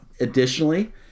Additionally